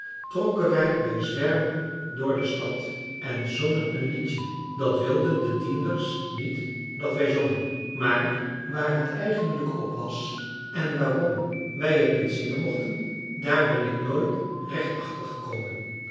trokken wij bij zwermen door de stad en zongen een liedje dat wilden de dienders niet dat wij zongen maar waar het eigenlijk op was en waarom wij het niet zingen mochten daar ben ik nooit recht achter gekomen